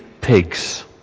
pigs